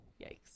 Yikes